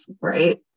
right